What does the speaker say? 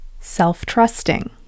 self-trusting